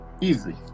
Easy